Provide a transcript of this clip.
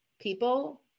people